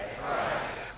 Christ